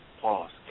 pause